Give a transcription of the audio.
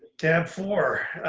tab four